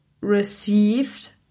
received